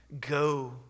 go